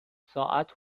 ساعت